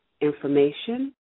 information